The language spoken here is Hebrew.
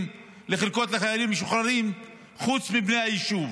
לחלקות לחיילים משוחררים חוץ מבני היישוב.